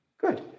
Good